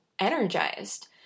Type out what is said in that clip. energized